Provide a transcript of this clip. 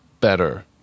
better